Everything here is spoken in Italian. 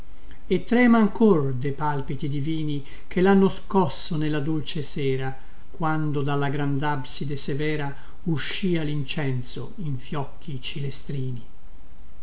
e trema ancor de palpiti divini che lhanno scosso nella dolce sera quando dalla grandabside severa uscia lincenso in fiocchi cilestrini